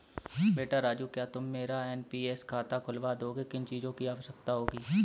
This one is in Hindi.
बेटा राजू क्या तुम मेरा एन.पी.एस खाता खुलवा दोगे, किन चीजों की आवश्यकता होगी?